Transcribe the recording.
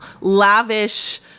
lavish